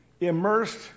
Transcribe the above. immersed